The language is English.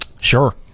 Sure